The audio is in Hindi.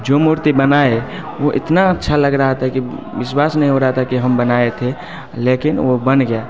जो मूर्ति बनाए वो इतना अच्छा लग रहा था कि विश्वास नहीं हो रहा था कि हम बनाए थे लेकिन वो बन गया